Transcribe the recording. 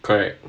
correct